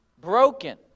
broken